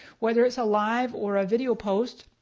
whether it's a live or a video post,